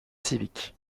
civiques